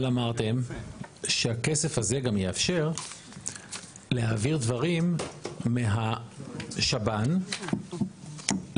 אבל אמרתם שהכסף הזה גם יאפשר להעביר דברים מהשב"ן לסל.